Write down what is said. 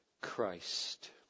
Christ